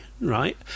right